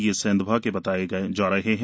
ये सेंधवा के बताए जा रहे हैं